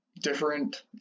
different